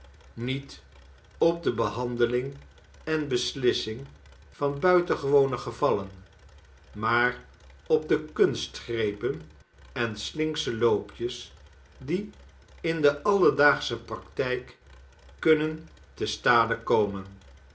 niet op de behandeling en beslissing van buitengewone gevallen maar op de kunstgrepen en slinksche loopjes die in de alledaagsche praktijk kunnen te stade komen